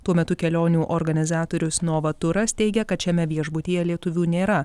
tuo metu kelionių organizatorius novaturas teigia kad šiame viešbutyje lietuvių nėra